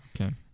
Okay